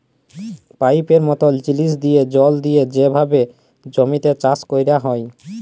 পাইপের মতল জিলিস দিঁয়ে জল দিঁয়ে যেভাবে জমিতে চাষ ক্যরা হ্যয়